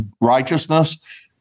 righteousness